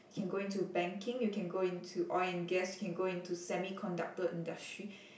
you can go into banking you can go into oil and gas you can go into semi conductor industry